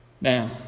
Now